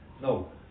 No